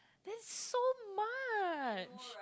that's so much